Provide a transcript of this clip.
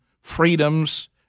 freedoms